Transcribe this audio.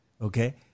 okay